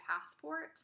passport